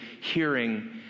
hearing